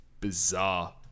bizarre